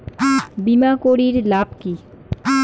বিমা করির লাভ কি?